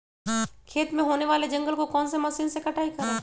खेत में होने वाले जंगल को कौन से मशीन से कटाई करें?